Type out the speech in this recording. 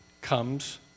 comes